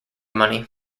money